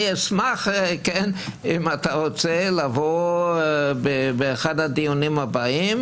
אני אשמח, אם אתה רוצה, לבוא באחד הדיונים הבאים.